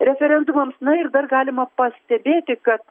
referendumams na ir dar galima pastebėti kad